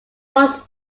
once